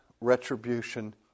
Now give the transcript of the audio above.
retribution